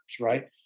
right